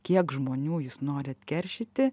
kiek žmonių jis nori atkeršyti